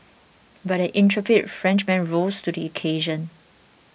but the intrepid Frenchman rose to the occasion